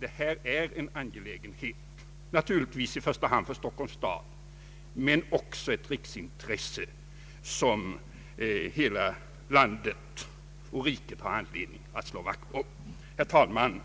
detta är en angelägenhet som naturligtvis i första hand rör Stockholms stad, men att det också är av intresse för hela riket att av historiska och kulturhistoriska motiv slå vakt om Staden Mellan Broarna. Herr talman!